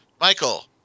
Michael